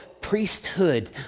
priesthood